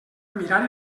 mirar